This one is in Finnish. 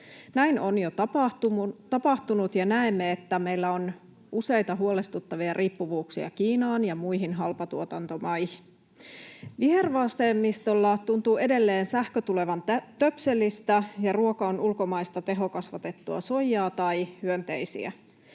Näin on jo tapahtunut, ja näemme, että meillä on useita huolestuttavia riippuvuuksia Kiinaan ja muihin halpatuotantomaihin. Vihervasemmistolla tuntuu edelleen sähkö tulevan töpselistä ja ruoka on ulkomaista tehokasvatettua soijaa tai hyönteisiä.